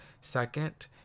second